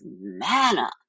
manna